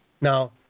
Now